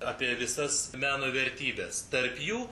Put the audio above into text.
apie visas meno vertybes tarp jų